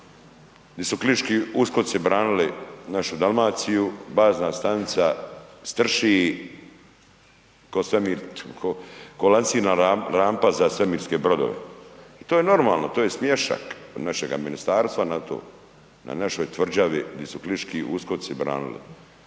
di su Kliški uskoci branili našu Dalmaciju bazna stanica strši ko svemir, ko lansirna lampa za svemirske brodove i to je normalno to je smiješak od našega ministarstva na to na našoj tvrđavi Kliški uskoci branili.